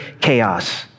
chaos